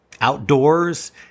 outdoors